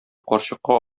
карчыкка